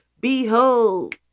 behold